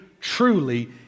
truly